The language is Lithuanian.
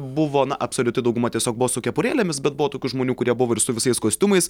buvo na absoliuti dauguma tiesiog buvo su kepurėlėmis bet buvo tokių žmonių kurie buvo ir su visais kostiumais